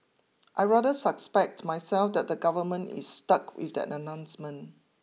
I rather suspect myself that the government is stuck with that announcement